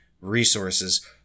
resources